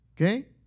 Okay